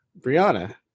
Brianna